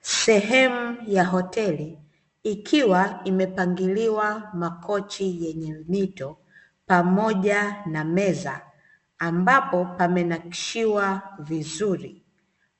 Sehemu ya hoteli, ikiwa imepangiliwa makochi yenye mito pamoja na meza, ambapo pamenakshiwa vizuri.